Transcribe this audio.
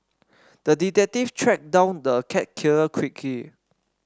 the detective tracked down the cat killer quickly